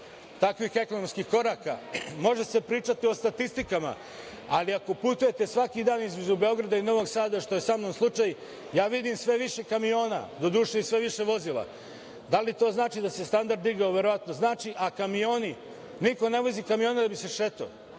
takvih ekonomskih koraka, može se pričati o statistikama, ali ako putujete svaki dan između Beograda i Novog Sada, što je sa mnom slučaj, ja vidim sve više kamiona, doduše, i sve više vozila. Da li to znači da se standard digao? Verovatno znači, a kamioni, niko ne vozi kamione da bi se šetao,